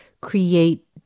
create